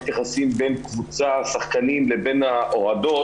היחסים בין קבוצה-שחקנים לבין האוהדות,